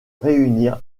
réunir